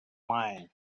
mine